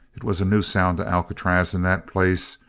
it was a new sound to alcatraz in that place,